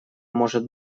может